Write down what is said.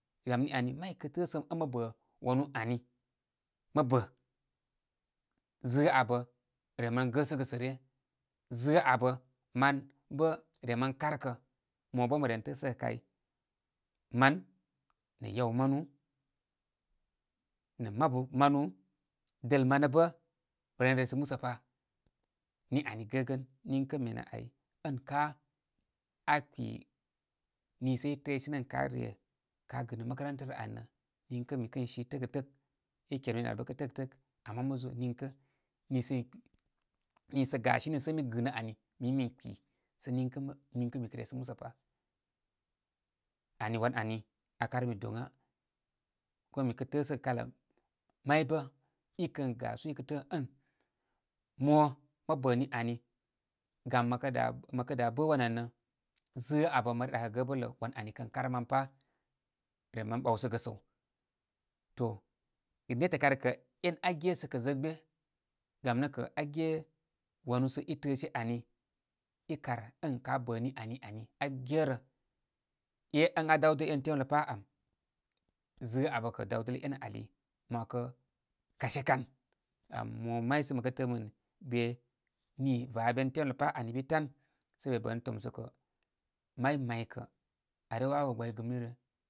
Gam nini ani may kə tə'ə' səm ən mə bə' wanū ani, mə bə. Zə'ə' a abə re m ren gəsəgə sə' ryə. Zāā a abə' mah bə' remren karkə'. Mo bə məren təəgə kay, man, nə' yaw manu nə' mabu manu. dəl manə bə' ren resəgə musə pa. ni ani gəgə. Niŋkə' mene ai ən kā aa kpi niisə i tə'ə' sene ən kā re kā gənə makaranta rə ani rə niŋkə, mi kən si tāktəktək. i kə kemi nə al bə' kə' tə'ktək. Ama mo zo' niŋkə nə niisə mi kpi, niisə gasinimi sə ən mi gɨ nə ani. Mi mə min kpi. Sə niŋkə mə, niŋkə mi kə resəgə musə pa. Ani wan ani aa karmi doŋa. Kuma mi kə təəsəgə kala may bə' i kən gasū i kə tə'ə' ən, mo mə bā ni ani, gam mə kə dā, məkə dā bə' wan ani rə, zāā a abə mə re doakəgə gəbəl, lə wan ani kən kar man rə pa' rem ren boawsəgə səw. To netə' kar kə en aa gisə kə' zəgbe. Gam nə' kə' ga ge' wanu sə i, tə she ani, karən ka bə' ni ani, ani, aa ge'rə. g ən aa dawdə e'n temlə pa' ām. zə'ə' a abə kə dawdə lə e'nə ali, mo 'wakə kashe kan. Gam mo may sə mə tə'ə' mən be niiva ben temlə pa' ani ən bi tan sə be' bə nə tomsə' ka, ma'y ma'y kə' aa wawa gə gbay gɨmni rə.